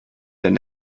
dann